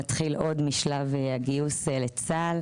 נתחיל עוד משלב הגיוס לצה"ל.